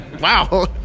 wow